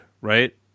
right